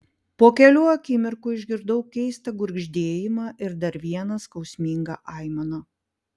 po kelių akimirkų išgirdau keistą gurgždėjimą ir dar vieną skausmingą aimaną